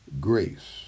grace